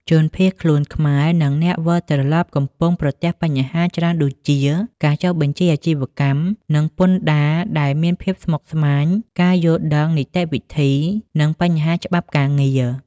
ជនភៀសខ្លួនខ្មែរ និងអ្នកវិលត្រឡប់កំពុងប្រទះបញ្ហាច្រើនដូចជា ការចុះបញ្ជីអាជីវកម្ម និងពន្ធដារដែលមានភាពស្មុគស្មាញ ការយល់ដឹងនីតិវិធី និងបញ្ហាច្បាប់ការងារ។